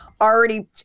already